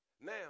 Now